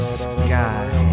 sky